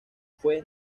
fue